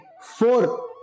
four